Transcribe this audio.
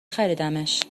خریدمش